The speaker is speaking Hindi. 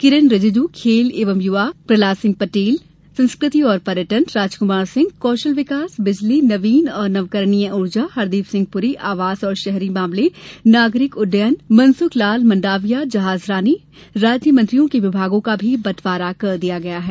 किरेन रिजिजू खेल एवं युवा अल्पसंख्यक कार्य प्रहलाद सिंह पटेल संस्कृति और पर्यटन राजकुमार सिंह कौशल विकास बिजली नवीन और नवकरणीय ऊर्जा हरदीप सिंह पुरी आवास और शहरी मामले नागरिक उड्डयन मनसुख लाल मंडाविया जहाजरानी राज्य मंत्रियों के विभागों का भी बंटवारा कर दिया गया है